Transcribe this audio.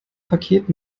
paket